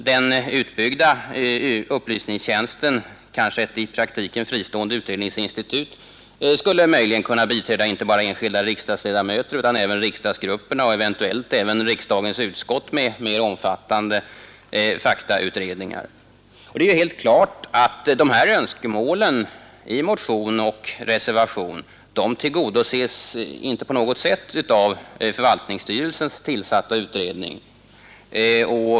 Den utbyggda upplysningstjänsten, kanske ett i praktiken fristående utredningsinstitut, skulle möjligen kunna biträda inte bara enskilda riksdagsledamöter utan även riksdagsgrupperna och eventuellt även riksdagens utskott med mer omfattande faktautredningar. Önskemålen i motionen 86 och i reservationen tillgodoses inte på något sätt av förvaltningsstyrelsens tillsatta utredning.